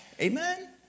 Amen